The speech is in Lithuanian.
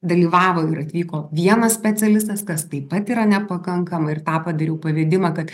dalyvavo ir atvyko vienas specialistas kas taip pat yra nepakankama ir tą padariau pavedimą kad